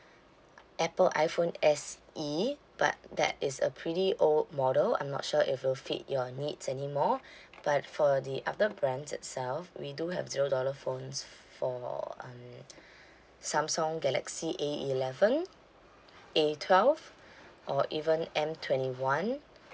apple iphone S E but that is a pretty old model I'm not sure if it will fit your needs anymore but for the other brands itself we do have zero dollar phones for um samsung galaxy A eleven A twelve or even M twenty one